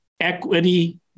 equity